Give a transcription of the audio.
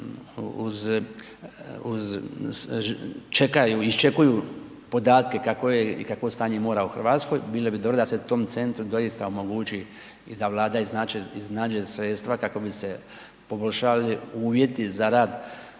iščekuju podatke kakvo je i kakvo je stanje mora u Hrvatskoj bilo bi dobro da se tom centru doista omogući i da Vlada iznađe sredstva kako bi se poboljšali uvjeti za rad